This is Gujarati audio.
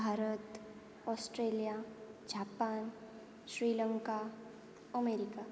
Bharat Australia Japan Sri Lanka America